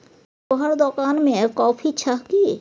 तोहर दोकान मे कॉफी छह कि?